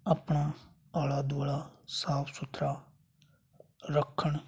ਆਪਣਾ ਆਲਾ ਦੁਆਲਾ ਸਾਫ਼ ਸੁਥਰਾ ਰੱਖਣ